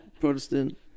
Protestant